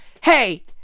hey